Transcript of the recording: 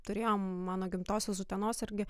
turėjom mano gimtosios utenos irgi